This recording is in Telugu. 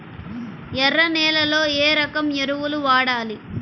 ఎర్ర నేలలో ఏ రకం ఎరువులు వాడాలి?